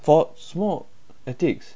for 什么 ethics